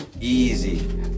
Easy